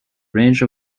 range